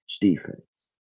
defense